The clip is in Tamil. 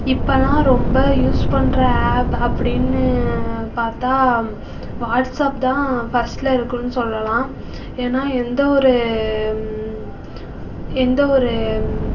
இப்போலாம் ரொம்ப யூஸ் பண்ணுற ஆப் அப்படின்னு பார்த்தா வாட்ஸாப் தான் ஃபர்ஸ்டில் இருக்குதுனு சொல்லலாம் ஏனால் எந்த ஒரு எந்த ஒரு